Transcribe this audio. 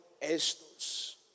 estos